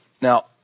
Now